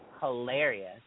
hilarious